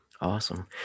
Awesome